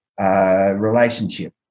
relationship